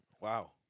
Wow